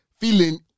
feeling